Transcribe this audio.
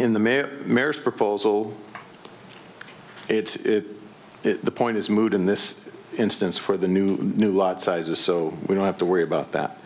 in the mail marriage proposal it's the point is moot in this instance for the new new lot sizes so we don't have to worry about that